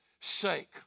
sake